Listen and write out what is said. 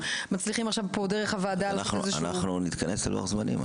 מצליחים עכשיו פה דרך הוועדה לתת איזשהו --- אנחנו נתכנס ללוח זמנים,